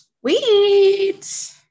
Sweet